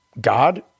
God